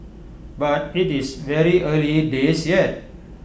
but IT is very early days yet